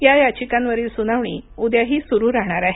या याचिकांवरील सुनावणी उद्याही सुरू राहणार आहे